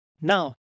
Now